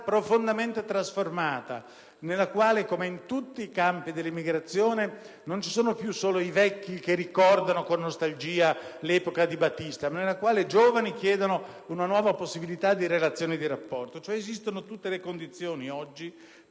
profondamente trasformata nella quale, come in tutti i campi dell'immigrazione, non ci sono più solo i vecchi che ricordano con nostalgia l'epoca di Batista, ma anche i giovani, che chiedono una nuova possibilità di relazione e di rapporto. Pertanto, oggi esistono tutte le condizioni